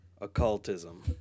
occultism